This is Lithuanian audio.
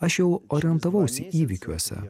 aš jau orientavausi įvykiuose